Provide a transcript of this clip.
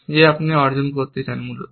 যা আপনি অর্জন করতে চান মূলত